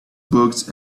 books